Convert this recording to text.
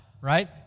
right